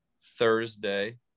Thursday